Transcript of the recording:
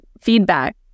feedback